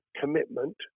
commitment